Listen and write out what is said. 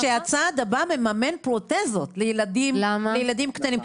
כש"הצעד הבא" מממן פרוטזות לילדים קטנים.